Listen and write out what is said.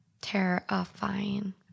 Terrifying